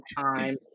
Time